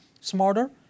smarter